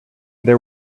there